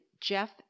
Jeff